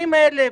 20,000,